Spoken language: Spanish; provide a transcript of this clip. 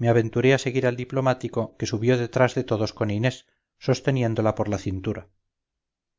me aventuré a seguir al diplomático que subió detrás de todos con inés sosteniéndola por la cintura